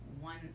one